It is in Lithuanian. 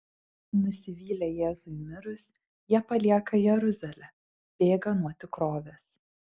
nusivylę jėzui mirus jie palieka jeruzalę bėga nuo tikrovės